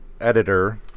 editor